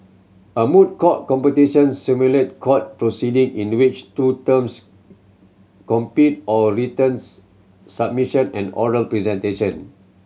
a moot court competition simulate court proceeding in which two teams compete on written submission and oral presentation